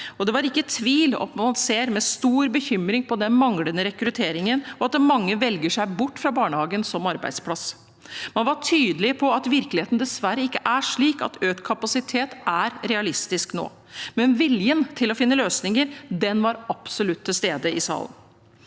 det var ingen tvil om at man ser med stor bekymring på den manglende rekrutteringen, og på at mange velger seg bort fra barnehagen som arbeidsplass. Man var tydelig på at virkeligheten dessverre ikke er slik at økt kapasitet er realistisk nå, men viljen til å finne løsninger var absolutt til stede i salen.